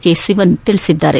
K Sivan ಹೇಳಿದ್ದಾರೆ